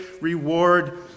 reward